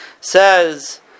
Says